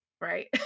Right